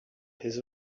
his